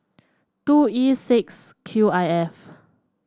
two E six Q I F